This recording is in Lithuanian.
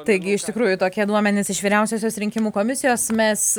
taigi iš tikrųjų tokie duomenys iš vyriausiosios rinkimų komisijos mes